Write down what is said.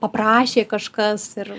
paprašė kažkas ir